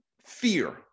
fear